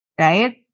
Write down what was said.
right